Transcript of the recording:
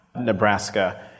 Nebraska